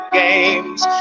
games